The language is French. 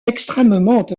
extrêmement